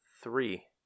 three